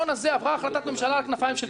עברה החלטת ממשלה על כנפיים של קרמבו.